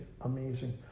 Amazing